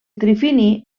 trifini